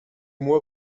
moi